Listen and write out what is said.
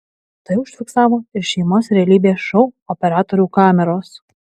tai užfiksavo ir šeimos realybės šou operatorių kameros